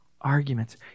arguments